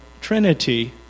Trinity